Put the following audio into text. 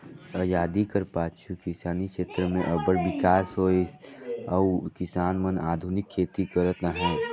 अजादी कर पाछू किसानी छेत्र में अब्बड़ बिकास होइस अउ किसान मन आधुनिक खेती करत अहें